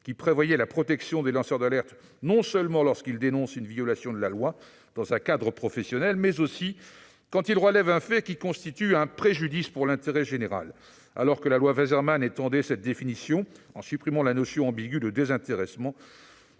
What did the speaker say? qui prévoyait la protection des lanceurs d'alerte non seulement lorsqu'ils dénoncent une violation de la loi dans un cadre professionnel, mais aussi quand ils relèvent un fait qui constitue un préjudice pour l'intérêt général. La proposition de loi Waserman étendait cette définition en supprimant la notion ambiguë de désintéressement.